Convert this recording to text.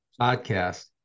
podcast